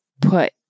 put